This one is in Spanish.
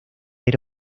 era